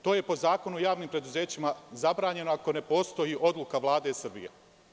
To je po Zakonu o javnim preduzećima zabranjeno ako ne postoji odluka Vlade Srbije.